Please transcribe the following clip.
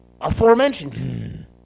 aforementioned